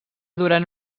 durant